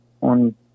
on